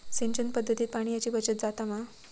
सिंचन पध्दतीत पाणयाची बचत जाता मा?